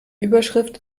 überschrift